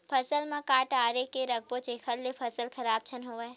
फसल म का डाल के रखव जेखर से फसल खराब झन हो?